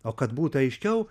o kad būtų aiškiau